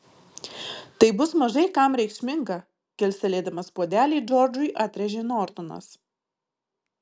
tai bus mažai kam reikšminga kilstelėdamas puodelį džordžui atrėžė nortonas